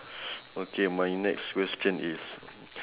okay my next question is